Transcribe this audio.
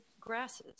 grasses